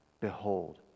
behold